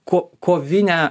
ko kovinę